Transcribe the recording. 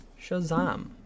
Shazam